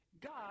God